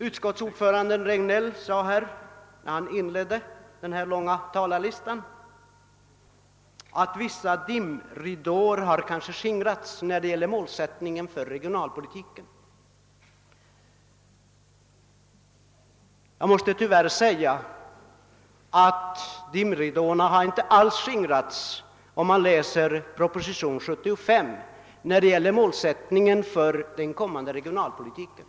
Utskottsordföranden herr Regnéll sade när han inledde den långa raden av talare att vissa dimridåer kanske har skingrats som har dolt målsättningen för regionalpolitiken. Jag måste tyvärr säga att dimridåerna inte alls har skingrats av proposition nr 75 angående målsättningen för den kommande regionalpolitiken.